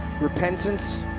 Repentance